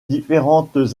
différentes